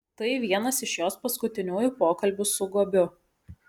tai vienas iš jos paskutiniųjų pokalbių su guobiu